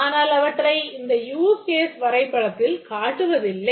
ஆனால் அவற்றை இந்த யூஸ் கேஸ் வரைபடத்தில் காட்டுவதில்லை